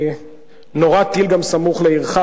נורה טיל גם סמוך לעירך,